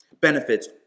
benefits